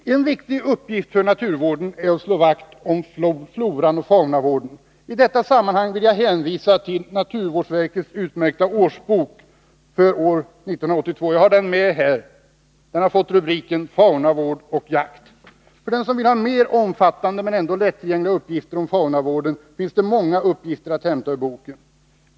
En viktig uppgift för naturvården är att slå vakt om floran och faunan. I detta sammanhang vill jag hänvisa till naturvårdsverkets utmärkta årsbok, år 1982. Jag har den med hit. Den har fått rubriken Faunavård och jakt. För den som vill ha mer omfattande men ändå lättillgängliga uppgifter om faunavården finns det många uppgifter att hämta ur boken.